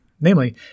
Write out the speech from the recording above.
Namely